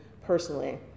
personally